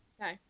No